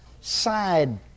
side